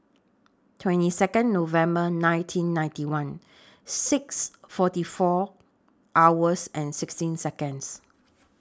twenty Second November nineteen ninety one six forty four hours and sixteen Seconds